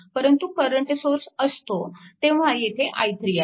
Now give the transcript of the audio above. परंतु current source असतो तेव्हा येथे i3 आहे